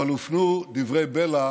אבל הופנו דברי בלע